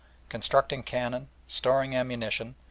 constructing cannon, storing ammunition,